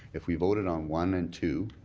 if we voted on one and two,